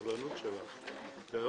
הישיבה ננעלה בשעה 13:55.